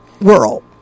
world